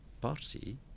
party